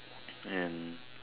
and